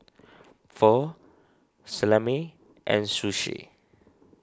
Pho Salami and Sushi